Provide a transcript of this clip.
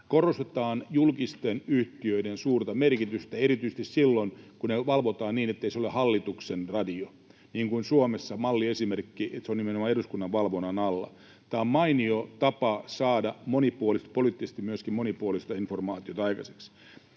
korostetaan julkisten yhtiöiden suurta merkitystä erityisesti silloin, kun niitä valvotaan niin, ettei se ole hallituksen radio, niin kuin Suomessa on malliesimerkki siitä, että se on nimenomaan eduskunnan valvonnan alla. Tämä on mainio tapa saada myöskin poliittisesti monipuolista informaatiota aikaiseksi.